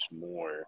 more